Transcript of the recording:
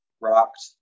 rocked